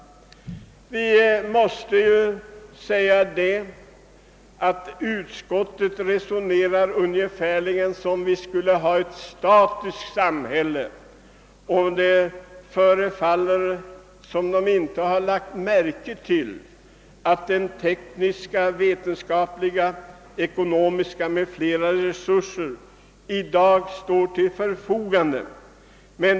Utskottet resonerar ungefär som om vi skulle ha ett statiskt samhälle, och det förefaller som om det inte lagt märke till att tekniska, vetenskapliga, ekonomiska och andra resurser i dag står till förfogande.